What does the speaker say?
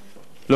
לא החלטת,